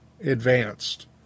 advanced